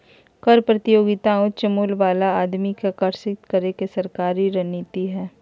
कर प्रतियोगिता उच्च मूल्य वाला आदमी के आकर्षित करे के सरकारी रणनीति हइ